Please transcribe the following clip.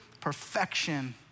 perfection